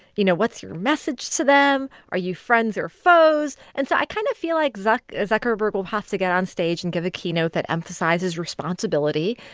you know, what's your message to them? are you friends or foes? and so i kind of feel like zuckerberg zuckerberg will have to get on stage and give a keynote that emphasizes responsibility.